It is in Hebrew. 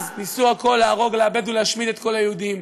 אז ניסו הכול להרוג, לאבד ולהשמיד את כל היהודים.